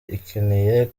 ikeneye